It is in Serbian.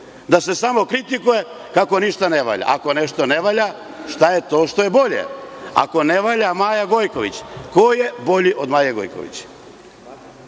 da se samo kritikuje kako ništa ne valja. Ako nešto ne valja, šta je to što je bolje? Ako ne valja Maja Gojković, ko je bolji od Maje Gojković? Dalje,